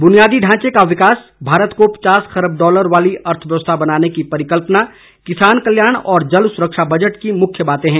बुनियादी ढांचे का विकास भारत को पचास खरब डालर वाली अर्थव्यवस्था बनाने की परिकल्पना किसान कल्याण और जल सुरक्षा बजट की मुख्य बातें हैं